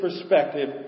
perspective